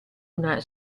una